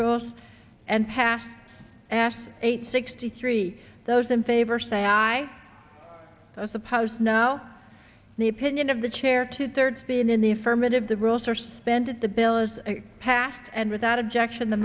rules and half ass eight sixty three those in favor say aye suppose now the opinion of the chair two thirds been in the affirmative the rules are suspended the bill was passed and without objection the